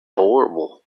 horrible